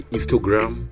Instagram